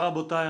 תודה רבותי.